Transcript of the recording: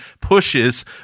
pushes